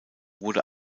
wurde